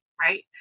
Right